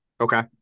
Okay